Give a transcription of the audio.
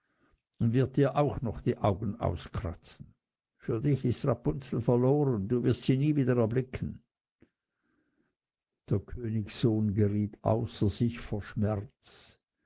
und wird dir auch noch die augen auskratzen für dich ist rapunzel verloren du wirst sie nie wieder erblicken der königssohn geriet außer sich vor schmerzen